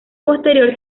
posterior